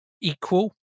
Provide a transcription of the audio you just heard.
equal